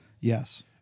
Yes